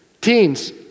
Teens